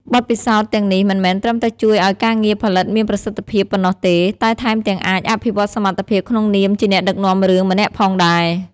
បទពិសោធន៍ទាំងនេះមិនមែនត្រឹមតែជួយឲ្យការងារផលិតមានប្រសិទ្ធភាពប៉ុណ្ណោះទេ តែថែមទាំងអាចអភិវឌ្ឍសមត្ថភាពក្នុងនាមជាអ្នកដឹកនាំរឿងម្នាក់ផងដែរ។